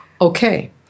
okay